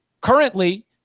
Currently